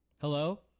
Hello